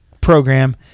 program